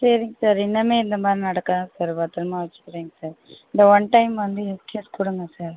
சரிங்க சார் இனிமே இந்த மாதிரி நடக்காது சார் பத்திரமா வச்சுக்கிறேங்க சார் இந்த ஒன் டைம் வந்து எக்ஸ்க்யூஸ் கொடுங்க சார்